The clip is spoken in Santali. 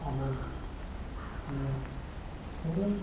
ᱟᱵᱚ ᱱᱚᱣᱟ ᱥᱮᱨᱮᱧ